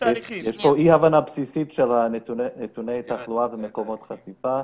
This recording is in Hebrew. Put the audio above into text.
יש פה אי הבנה בסיסית של נתוני תחלואה ומקומות חשיפה.